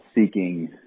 seeking